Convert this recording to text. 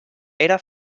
era